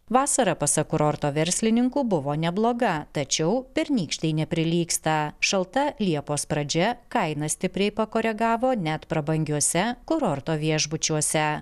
vasara pasak kurorto verslininkų buvo nebloga tačiau pernykštei neprilygsta šalta liepos pradžia kainą stipriai pakoregavo net prabangiuose kurorto viešbučiuose